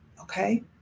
okay